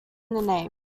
name